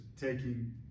taking